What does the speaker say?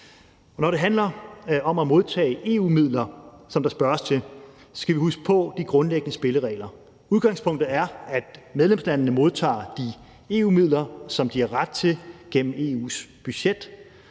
Når det handler om at modtage EU-midler, som der spørges til, skal vi huske på de grundlæggende spilleregler. Udgangspunktet er, at medlemslandene modtager de EU-midler, som de har ret til gennem EU's budget.